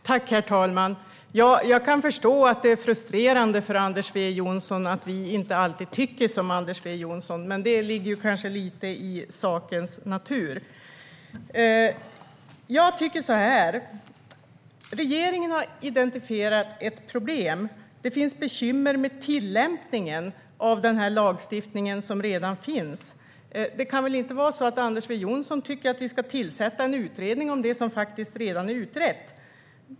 Herr talman! Jag kan förstå att det är frustrerande för Anders W Jonsson att vi inte alltid tycker som Anders W Jonsson gör. Men det ligger kanske lite i sakens natur. Regeringen har identifierat ett problem, nämligen att det finns bekymmer med tillämpningen av den lagstiftning som redan finns. Anders W Jonsson kan väl inte tycka att vi ska tillsätta en utredning om det som redan är utrett?